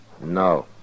No